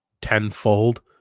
tenfold